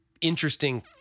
interesting